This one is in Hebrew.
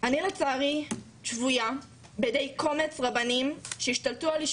עושים את זה לתקן עוול היסטורי,